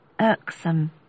irksome